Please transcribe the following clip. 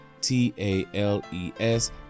T-A-L-E-S